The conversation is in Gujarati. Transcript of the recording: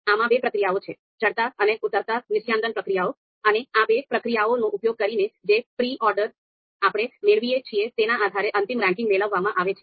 આમાં બે પ્રક્રિયાઓ છે ચડતા અને ઉતરતા નિસ્યંદન પ્રક્રિયાઓ અને આ બે પ્રક્રિયાઓનો ઉપયોગ કરીને જે પ્રી ઓર્ડર આપણે મેલાવિયે છીએ તેના આધારે અંતિમ રેન્કિંગ મેળવવામાં આવે છે